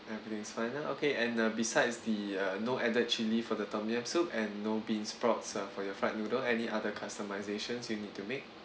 everything is fine ah okay and uh besides the uh no added chilli for the tom yum soup and no beansprouts uh for your fried noodle any other customizations you need to make